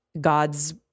God's